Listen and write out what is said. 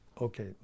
Okay